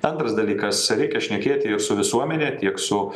antras dalykas reikia šnekėti ir su visuomene tiek su